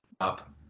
up